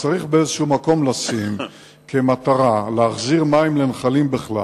צריך באיזה מקום לשים כמטרה להחזיר מים לנחלים בכלל,